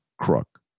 crook